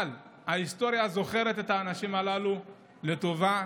אבל ההיסטוריה זוכרת את האנשים הללו לטובה.